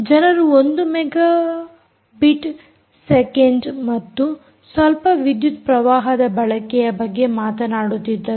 ಜನರು 1 megabit second ಮತ್ತು ಸ್ವಲ್ಪ ವಿದ್ಯುತ್ ಪ್ರವಾಹದ ಬಳಕೆಯ ಬಗ್ಗೆ ಮಾತನಾಡುತ್ತಿದ್ದರು